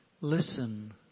Listen